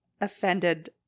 offended